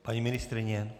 Paní ministryně?